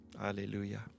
Hallelujah